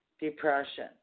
depression